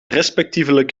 respectievelijk